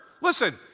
Listen